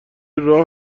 راه